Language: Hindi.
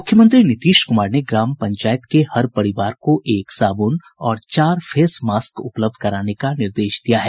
मुख्यमंत्री नीतीश कुमार ने ग्राम पंचायत के हर परिवार को एक साबुन और चार फेस मारक उपलब्ध कराने का निर्देश दिया है